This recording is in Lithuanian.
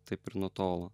taip ir nutolo